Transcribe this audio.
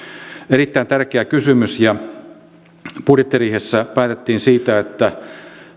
erittäin tärkeä kysymys budjettiriihessä päätettiin siitä että